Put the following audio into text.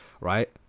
right